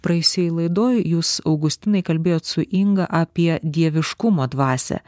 praėjusioj laidoj jūs augustinai kalbėjot su inga apie dieviškumo dvasią